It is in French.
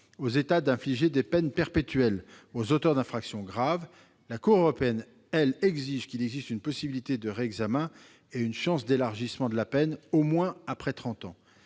aux États d'infliger des peines perpétuelles aux auteurs d'infractions graves, la Cour européenne, quant à elle, exige que soient prévues la possibilité d'un réexamen et une chance d'élargissement de la peine au moins après trente